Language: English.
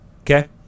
Okay